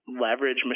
leverage